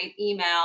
email